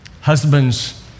husbands